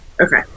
Okay